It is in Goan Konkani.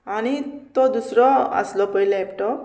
आनी तो दुसरो आसलो पळय लॅपटॉप